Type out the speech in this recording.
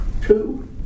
two